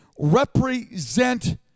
represent